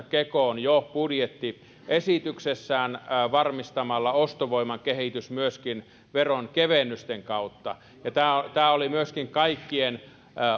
kekoon jo budjettiesityksessään varmistamalla ostovoiman kehityksen myöskin veronkevennysten kautta ja tämä tämä oli kaikkien